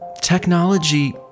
technology